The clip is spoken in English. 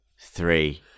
three